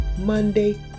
Monday